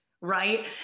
right